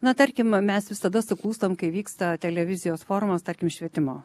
na tarkim mes visada suklūstam kai vyksta televizijos formos tarkim švietimo